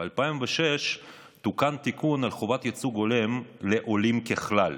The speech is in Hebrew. ב-2006 תוקן תיקון על חובת ייצוג הולם לעולים ככלל,